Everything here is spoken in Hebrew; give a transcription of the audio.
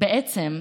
בעצם,